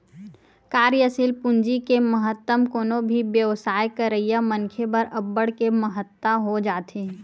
कार्यसील पूंजी के महत्तम कोनो भी बेवसाय करइया मनखे बर अब्बड़ के महत्ता हो जाथे